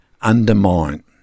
undermine